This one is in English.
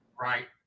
Right